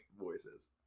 voices